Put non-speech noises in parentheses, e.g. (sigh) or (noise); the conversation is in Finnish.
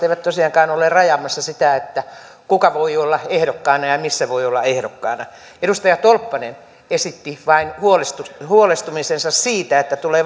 (unintelligible) eivät tosiaankaan ole rajaamassa sitä kuka voi olla ehdokkaana ja missä voi olla ehdokkaana edustaja tolppanen esitti vain huolestumisensa huolestumisensa siitä että tulee (unintelligible)